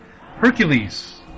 Hercules